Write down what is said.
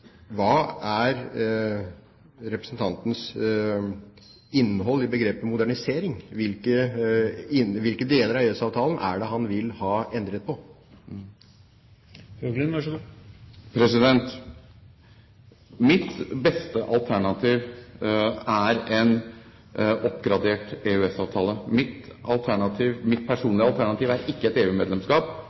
Hva er for representanten innholdet i begrepet modernisering? Hvilke deler av EØS-avtalen er det han vil ha endret på? Mitt beste alternativ er en oppgradert EØS-avtale. Mitt personlige alternativ er ikke et EU-medlemskap, og det er ikke tilbake til noen form for frihandelsavtale. Jeg tror på et